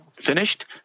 finished